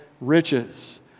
riches